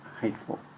hateful